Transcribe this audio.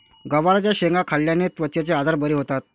गवारच्या शेंगा खाल्ल्याने त्वचेचे आजार बरे होतात